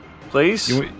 Please